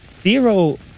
Zero